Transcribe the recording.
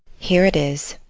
here it is.